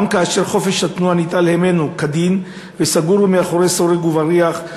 גם כאשר חופש התנועה ניטל הימנו כדין וסגור הוא מאחורי סורג ובריח,